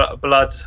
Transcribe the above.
blood